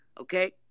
Okay